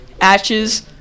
ashes